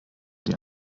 die